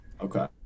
Okay